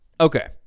okay